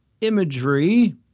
imagery